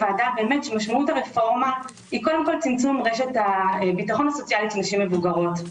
משמעות הרפורמה היא קודם כל צמצום רשת הביטחון הסוציאלי לנשים מבוגרות.